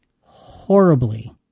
horribly